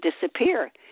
disappear